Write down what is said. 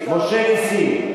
משה נסים.